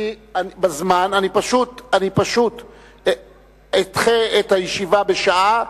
אני פשוט אדחה את הישיבה בשעה,